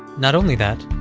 not only that,